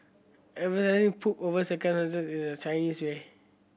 emphasising pomp over is the Chinese way